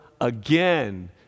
again